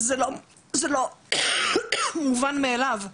זה לא מובן מאליו.